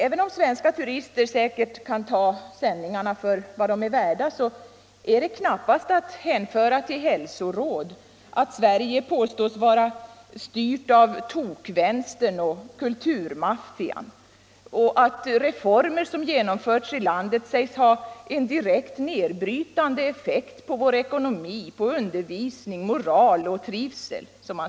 Även om svenska turister säkert tar de här sändningarna för vad = ning de är värda är det knappast att hänföra till hälsoråd att Sverige påstås vara styrt av tokvänstern och kulturmaffian samt att reformer som genomförts i vårt land sägs ha en direkt nedbrytande effekt på vår ekonomi, undervisning, moral och trivsel.